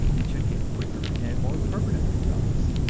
and should get quicker and more permanent results.